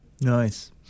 Nice